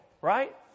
Right